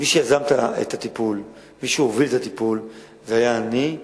מי שיזם את הטיפול, מי שהוביל את הטיפול זה אני.